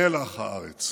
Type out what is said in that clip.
מלח הארץ.